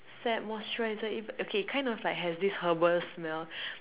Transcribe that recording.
set moisturizer it okay kind of like has this herbal smell